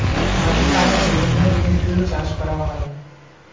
মাটি ছাড়াও বিভিন্ন জিনিস দিয়ে চাষ করা হয়